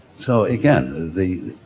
so again, the,